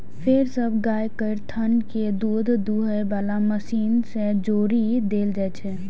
फेर सब गाय केर थन कें दूध दुहै बला मशीन सं जोड़ि देल जाइ छै